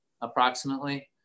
approximately